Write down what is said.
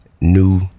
New